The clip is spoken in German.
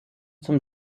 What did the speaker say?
zum